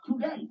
today